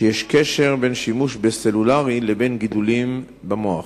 שיש קשר בין שימוש בסלולרי לבין גידולים במוח.